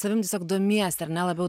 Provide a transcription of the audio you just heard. savim tiesiog domiesi ar ne labiau